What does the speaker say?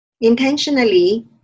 Intentionally